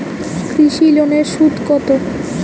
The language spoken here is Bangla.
কৃষি লোনের সুদ কত?